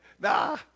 nah